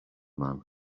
man